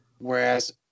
Whereas